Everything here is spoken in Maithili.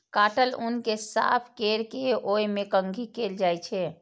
काटल ऊन कें साफ कैर के ओय मे कंघी कैल जाइ छै